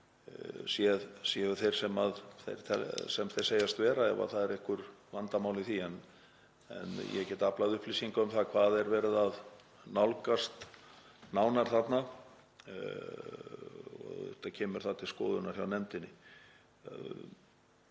séu þeir sem þeir segjast vera ef það eru einhver vandamál í því. En ég get aflað upplýsinga um það hvað er verið að nálgast nánar þarna. Auðvitað kemur það til skoðunar hjá nefndinni.